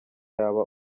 yaba